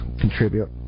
contribute